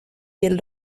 del